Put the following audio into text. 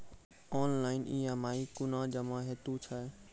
Online EMI कूना जमा हेतु छै?